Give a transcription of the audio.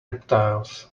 reptiles